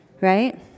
right